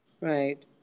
right